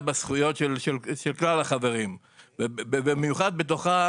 בזכויות של כלל החברים ובמיוחד בתוכם